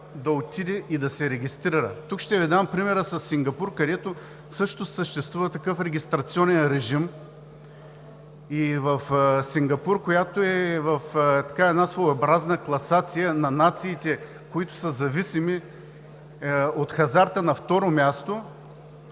да отиде и да се регистрира. Тук ще Ви дам пример със Сингапур, където също съществува такъв регистрационен режим. В Сингапур, който е в една своеобразна класация на нациите, които са зависими от хазарта, на второ място,